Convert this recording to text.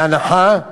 להנחה.